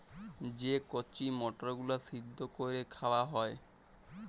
যে কঁচি মটরগুলা সিদ্ধ ক্যইরে খাউয়া হ্যয়